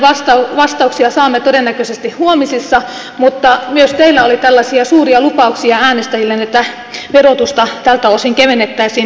näihin vastauksia saamme todennäköisesti huomisissa mutta myös teillä oli tällaisia suuria lupauksia äänestäjillenne että verotusta tältä osin kevennettäisiin